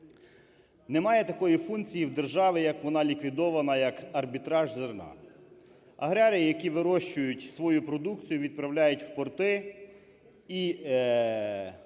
Немає такої функції в держави, вона ліквідована, як арбітраж зерна. Аграрії, які вирощують свою продукцію, відправляють в порти, і міжнародні